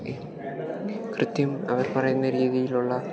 കൃത്യം അവർ പറയുന്ന രീതിയിൽ ഉള്ള